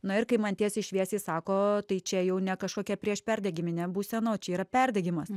na ir kai man tiesiai šviesiai sako tai čia jau ne kažkokia priešperdegiminė būsena o čia yra perdegimas